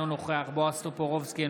אינו נוכח בועז טופורובסקי,